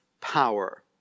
power